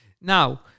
Now